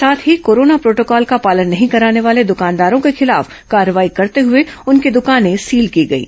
साथ ही corona protocol का पालन नहीं कराने वाले दुकानदारों के खिलाफ कार्रवाई करते हुए उनकी दुकाने सील की गईं